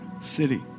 city